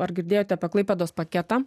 ar girdėjote apie klaipėdos paketą